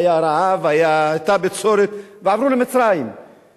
הרי זכותו הלגיטימית לדבר על מה שהוא רוצה.